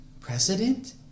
Precedent